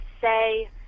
say